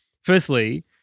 firstly